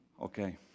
Okay